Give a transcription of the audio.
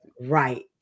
right